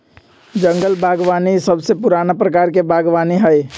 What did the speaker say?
जंगल बागवानी सबसे पुराना प्रकार के बागवानी हई